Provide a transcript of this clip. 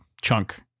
chunk